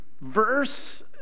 verse